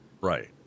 Right